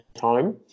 time